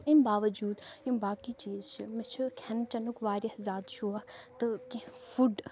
امۍ باوجوٗد یِم باقٕے چیٖز چھِ مےٚ چھِ کھٮ۪ن چٮ۪نُک واریاہ زیادٕ شوق تہٕ کینٛہہ فُڈ